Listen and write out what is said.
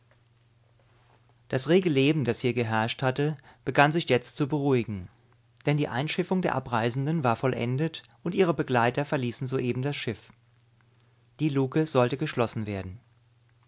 das rege leben das hier geherrscht hatte begann sich jetzt zu beruhigen denn die einschiffung der abreisenden war vollendet und ihre begleiter verließen soeben das schiff die luke sollte geschlossen werden